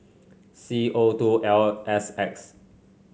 C O two L S X